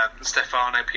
Stefano